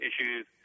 issues